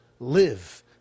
Live